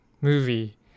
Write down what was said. movie